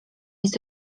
jest